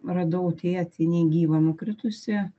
radau tėtį negyvą nukritusį